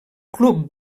club